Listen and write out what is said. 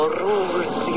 rules